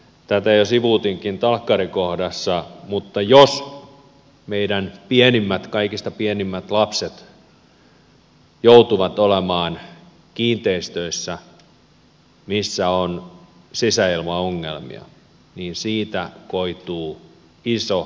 tätä jo sivusinkin talkkarikohdassa mutta jos meidän kaikista pienimmät lapset joutuvat olemaan kiinteistöissä missä on sisäilmaongelmia niin siitä koituu iso lasku tulevaisuudelle